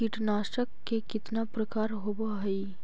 कीटनाशक के कितना प्रकार होव हइ?